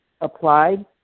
applied